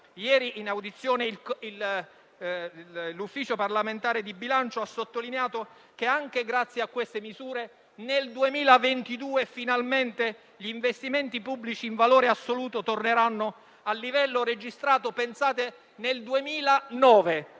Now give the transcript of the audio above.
Ieri, in audizione, l'Ufficio parlamentare di bilancio ha sottolineato che, anche grazie a queste misure, nel 2022 gli investimenti pubblici in valore assoluto torneranno finalmente al livello registrato -